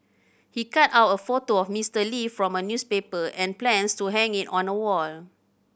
he cut out a photo of Mister Lee from a newspaper and plans to hang it on a wall